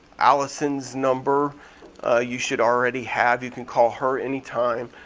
alison's number you should already have, you can call her anytime